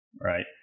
right